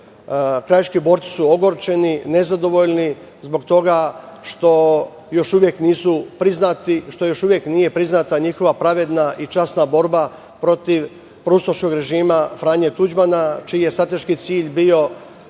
Krajiški borci su ogorčeni i nezadovoljni zbog toga što još uvek nije priznata njihova pravedna i časna borba protiv ustaškog režima Franje Tuđmana čiji je strateški cilj bio